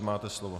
Máte slovo.